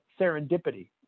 serendipity